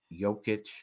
Jokic